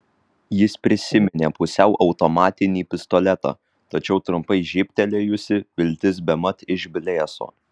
jis prisiminė pusiau automatinį pistoletą tačiau trumpai žybtelėjusi viltis bemat išblėso